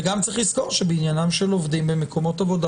וגם צריך לזכור שבעניינם של עובדים במקומות עבודה